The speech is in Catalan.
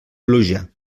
pluja